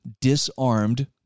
disarmed